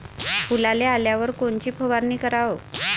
फुलाले आल्यावर कोनची फवारनी कराव?